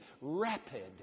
Rapid